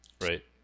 right